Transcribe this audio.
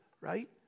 right